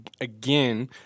again